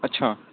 ਅੱਛਾ